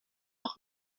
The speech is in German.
auch